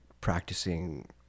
practicing